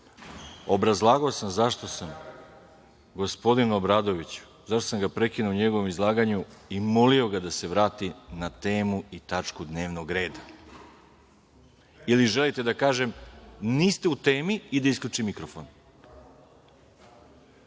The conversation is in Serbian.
obrazlagao sam zašto sam gospodina Obradovića prekinuo u njegovom izlaganju i molio ga da se vrati na temu i tačku dnevnog reda ili želite da kažem – niste u temi i da isključim